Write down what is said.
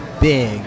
big